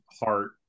heart